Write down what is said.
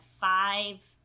five